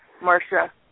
Marcia